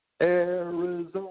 Arizona